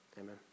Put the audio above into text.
amen